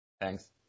thanks